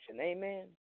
Amen